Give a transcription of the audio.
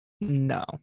No